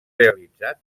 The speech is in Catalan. realitzat